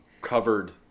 covered